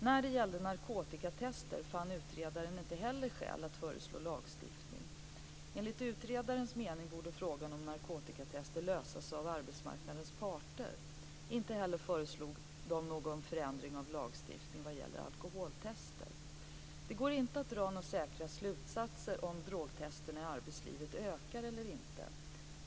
När det gällde narkotikatest fann utredaren inte heller skäl att föreslå lagstiftning. Enligt utredarens mening borde frågan om narkotikatest lösas av arbetsmarknadens parter. Inte heller föreslogs någon förändring av lagstiftningen vad gäller alkoholtest. Det går inte att dra några säkra slutsatser om drogtesten i arbetslivet ökar eller inte.